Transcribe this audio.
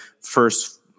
first